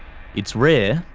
it's rare,